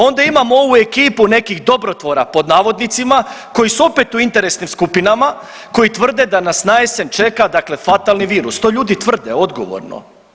Onda imamo ovu ekipu nekih „dobrotvora“ koji su opet u interesnim skupinama, koji tvrde da nas najesen čeka, dakle fatalni virus, to ljudi tvrde odgovorno.